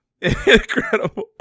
Incredible